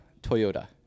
Toyota